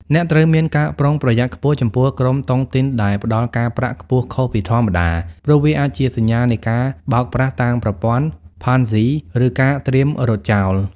អ្នកត្រូវមានការប្រុងប្រយ័ត្នខ្ពស់ចំពោះក្រុមតុងទីនដែលផ្ដល់ការប្រាក់ខ្ពស់ខុសពីធម្មតា ព្រោះវាអាចជាសញ្ញានៃការបោកប្រាស់តាមប្រព័ន្ធ "Ponzi" ឬការត្រៀមរត់ចោល។